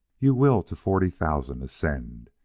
you will to forty thousand ascend,